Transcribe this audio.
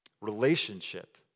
Relationship